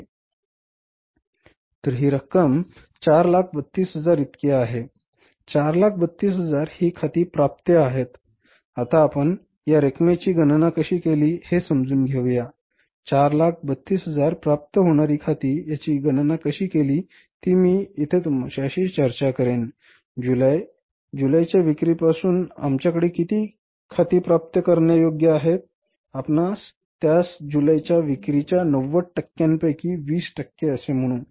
तर ही रक्कम 432000 इतकी आहे 432000 ही खाती प्राप्य आहेत आता आपण या रकमेची गणना कशी केली आहे हे समजून घेऊया 432000 प्राप्त होणारी खाती यांची गणना कशी केली आहे ते मी येथे आपल्याशी चर्चा करेन उदाहरणार्थ जुलै विक्री जुलैच्या विक्रीपासून आमच्याकडे किती खाती प्राप्त करण्यायोग्य आहेत आपण त्यास जुलैच्या विक्रीच्या 90 टक्क्यांपैकी 20 टक्के असे म्हणू